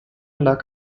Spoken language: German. lag